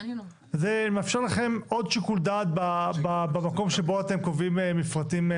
זה מאפשר לכם עוד שיקול דעת במקום שבו אתם קובעים מפרטים.